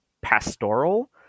pastoral